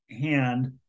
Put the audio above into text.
hand